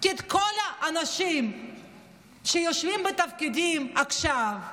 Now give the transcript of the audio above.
כי כל האנשים שיושבים בתפקידים עכשיו ובעבר,